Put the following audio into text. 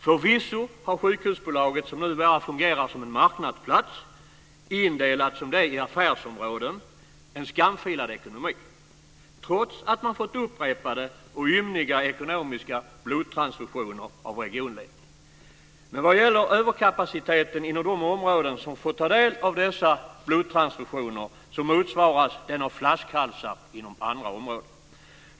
Förvisso har sjukhusbolaget, som numera fungerar som en marknadsplats, indelat som det är i affärsområden en skamfilad ekonomi, trots att man fått upprepade och ymniga ekonomiska "blodtransfusioner" av regionledningen. Men vad det gäller överkapaciteten inom de områden som fått ta del av dessa "blodtransfusioner" så motsvaras den av flaskhalsar inom andra områden.